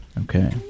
Okay